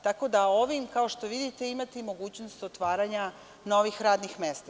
Tako da ovim, kao što vidite, imate mogućnost otvaranja novih radih mesta.